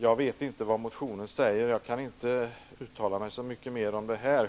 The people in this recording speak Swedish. Jag vet inte vad som sägs i motionen, och jag kan inte uttala mig så mycket mer om det här.